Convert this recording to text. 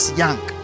young